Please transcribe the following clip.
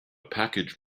package